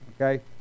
okay